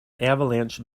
avalanche